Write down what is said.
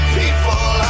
people